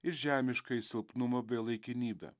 ir žemiškąjį silpnumą bei laikinybę